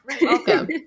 Welcome